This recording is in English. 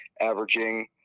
averaging